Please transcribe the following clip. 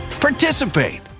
participate